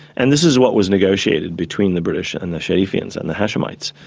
and this was what was negotiated between the british ah and the sharifians and the hashemites.